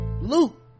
Luke